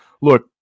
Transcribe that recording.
Look